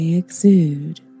Exude